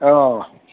অঁ